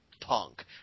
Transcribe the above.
Punk